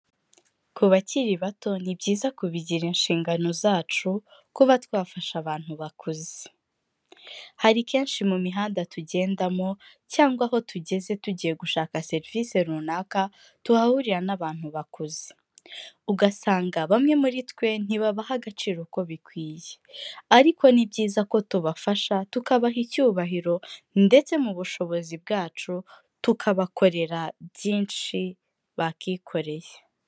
Ku bakiri bato ni byiza kubigira inshingano zacu kuba twafasha abantu bakuze, hari kenshi mu mihanda tugendamo cyangwa aho tugeze tugiye gushaka serivisi runaka tuhahurira n'abantu bakuze, ugasanga bamwe muri twe ntibabaha agaciro uko bikwiye ariko ni byiza ko tubafasha, tukabaha icyubahiro ndetse mu bushobozi bwacu tukabakorera byinshi bakikoreye.